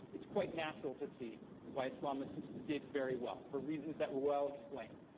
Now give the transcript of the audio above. it's quite natural to see why islamists did very well for reasons that were well explained.